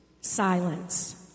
silence